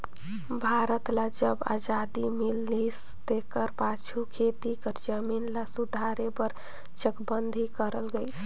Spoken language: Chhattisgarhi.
भारत ल जब अजादी मिलिस तेकर पाछू खेती कर जमीन ल सुधारे बर चकबंदी करल गइस